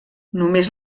només